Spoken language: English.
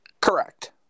Correct